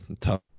tough